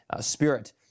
Spirit